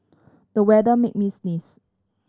the weather made me sneeze